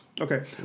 Okay